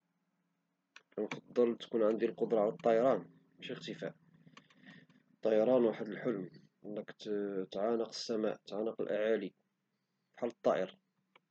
كنفضل تكون عندي القدرة على الطيران ماشي الإختفاء، الطيران هو واحد الحلم أنك تعانق السماء تعانق الأعالي بحال الطائر.